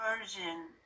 version